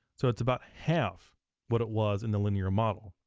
so it's about half what it was in the linear model.